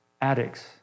Addicts